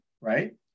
right